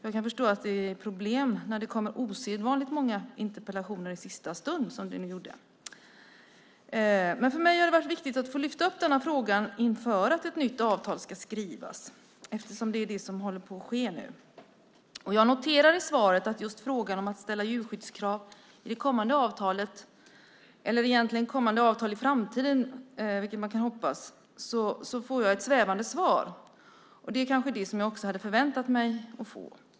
Jag kan förstå att det är problem när det kommer osedvanligt många interpellationer i sista stund, som det nu gjorde. För mig är det viktigt att få lyfta fram denna fråga inför ett nytt avtal som ska skrivas - det är det som håller på att ske nu. Jag noterar i svaret att på frågan om att ställa djurskyddskrav i kommande avtal i framtiden, vilket man kan hoppas, får jag ett svävande svar. Det är det jag kanske hade förväntat mig att få.